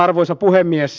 arvoisa puhemies